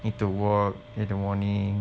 if the